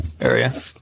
area